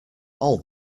all